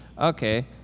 Okay